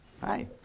Hi